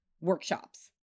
workshops